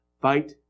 Fight